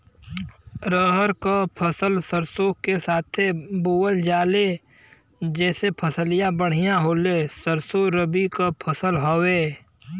रहर क फसल सरसो के साथे बुवल जाले जैसे फसलिया बढ़िया होले सरसो रबीक फसल हवौ